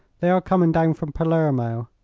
they are coming down from palermo,